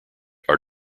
are